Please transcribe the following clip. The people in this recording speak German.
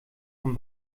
vom